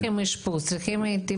הם לא צריכים אשפוז, צריכים טיפול.